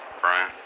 Brian